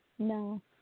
No